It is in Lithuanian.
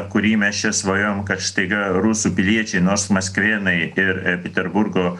kurį mes čia svajojom kad staiga rusų piliečiai nors maskvėnai ir peterburgo